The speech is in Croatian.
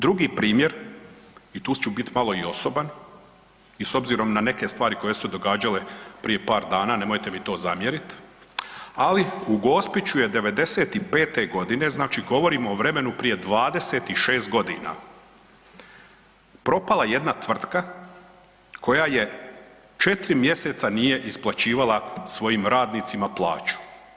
Drugi primjer i tu ću biti malo i osoban i s obzirom i na neke stvari koje su se događale prije par dana, nemojte mi to zamjeriti ali u Gospiću je '95. godine, znači govorim o vremenu prije 26 godina propala jedna tvrtka koja 4 mjeseca nije isplaćivala svojim radnicima plaću.